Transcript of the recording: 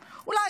אולי,